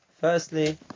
Firstly